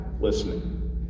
listening